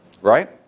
Right